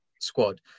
squad